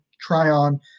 Tryon